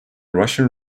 russian